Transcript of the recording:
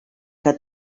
que